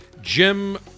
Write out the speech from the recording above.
Jim